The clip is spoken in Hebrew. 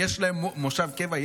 יש להן מושב קבע.